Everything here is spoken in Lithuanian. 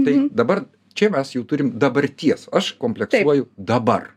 tai dabar čia mes jau turim dabarties aš kompleksuoju dabar